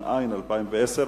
התש"ע 2010,